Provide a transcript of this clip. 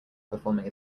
performing